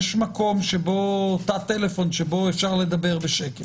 יש תא טלפון שבו אפשר לדבר בשקט